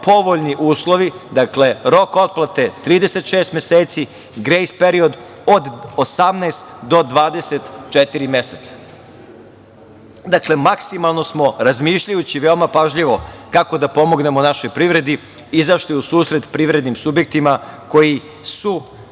povoljni uslovi. Rok otplate 36 meseci, grejs period od 18 do 24 meseca. Maksimalno smo razmišljajući veoma pažljivo kako da pomognemo našoj privredi izašli u susret privrednim subjektima koji su